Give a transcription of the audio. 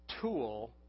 tool